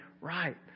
right